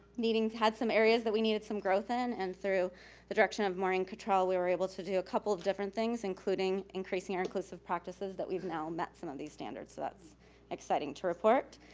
meeting, had some areas that we needed some growth in and through the direction of morie and catral, we were able to do a couple of different things including increasing our inclusive practices that we've now met some of these standards, so that's exciting to report.